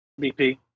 BP